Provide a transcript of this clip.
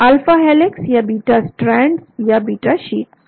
alpha helix या beta strand या beta sheets